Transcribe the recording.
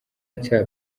nshya